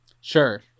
Sure